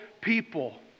people